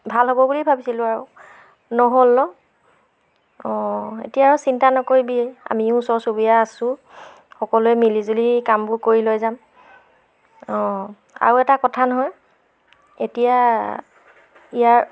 ভাল হ'ব বুলি ভাবিছিলোঁ আৰু নহ'ল ন অঁ এতিয়া আৰু চিন্তা নকৰিবি আমিও ওচৰ চুবুৰীয়া আছোঁ সকলোৱে মিলি জুলি কামবোৰ কৰি লৈ যাম অঁ আৰু এটা কথা নহয় এতিয়া ইয়াৰ